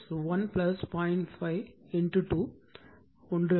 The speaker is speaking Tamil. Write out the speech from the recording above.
5 2 1 அல்ல